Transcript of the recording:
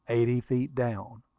eighty feet down.